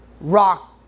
rock